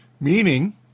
Meaning